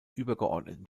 übergeordneten